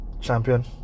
champion